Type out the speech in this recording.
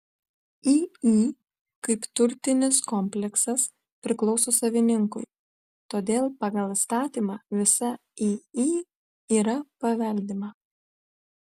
iį kaip turtinis kompleksas priklauso savininkui todėl pagal įstatymą visa iį yra paveldima